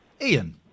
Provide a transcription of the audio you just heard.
Ian